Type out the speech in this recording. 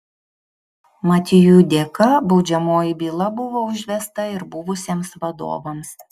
mat jų dėka baudžiamoji byla buvo užvesta ir buvusiems vadovams